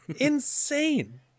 insane